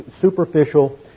superficial